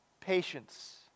Patience